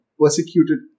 persecuted